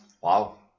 Wow